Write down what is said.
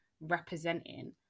representing